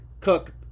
Cook